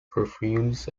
perfumes